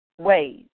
ways